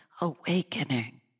awakening